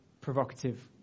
provocative